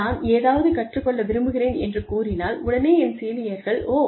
நான் ஏதாவது கற்றுக்கொள்ள விரும்புகிறேன் என்று கூறினால் உடனே என் சீனியர்கள் ஓ